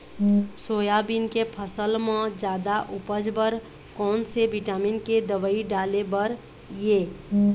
Soybean के फसल म जादा उपज बर कोन से विटामिन के दवई डाले बर ये?